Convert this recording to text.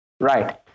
right